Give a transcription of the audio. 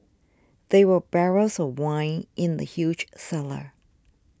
there were barrels of wine in the huge cellar